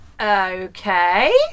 Okay